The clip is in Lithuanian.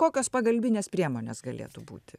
kokios pagalbinės priemonės galėtų būti